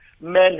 men